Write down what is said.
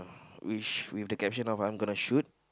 which with the caption of I'm gonna shoot